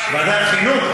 אנחנו מבקשים, ועדת חינוך?